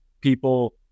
people